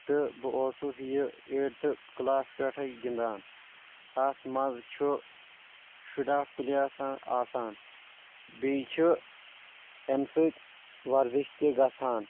تہٕ بہٕ اوسُس یہِ ایٹتھ کلاس پٮ۪ٹھے گنٛدان اتھ منٛز چھُ شُراہ پٕلیسہ آسان بییٚہِ چھُ امہِ سۭتۍ ورزش تہِ گژھان